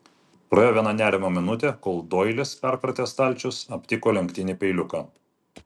praėjo viena nerimo minutė kol doilis perkratęs stalčius aptiko lenktinį peiliuką